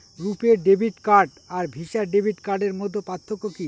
রূপে debit card আর Visa debit কার্ডের মধ্যে পার্থক্য কি?